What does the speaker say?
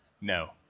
no